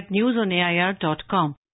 newsonair.com